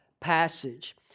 passage